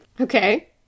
Okay